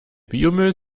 biomüll